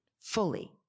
fully